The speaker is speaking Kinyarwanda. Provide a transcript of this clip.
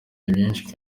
byinshi